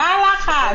מה הלחץ?